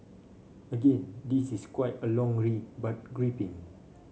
again this is quite a long read but gripping